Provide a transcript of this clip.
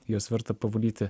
juos verta pavalyti